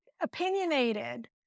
opinionated